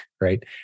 right